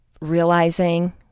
realizing